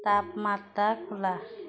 তাপমাত্ৰা খোলা